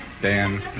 Dan